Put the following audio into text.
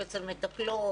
אצל מטפלות,